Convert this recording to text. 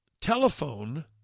telephone